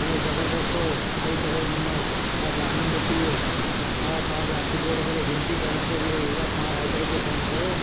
उहो जबरदस्त हो खाई करे हुनमां असांखे आनंदु अची वियो दादा तव्हांखे हथ जोड़े करे विनती कयां पियो की भई हिक बार तव्हां राइडर खे फोन कयो